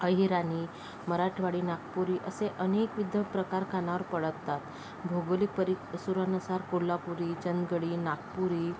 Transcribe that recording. अहिराणी मराठवाडी नागपुरी असे अनेकविध प्रकार कानावर पडतात भौगोलिक परिसरानुसार कोल्हापुरी जनगडी नागपुरी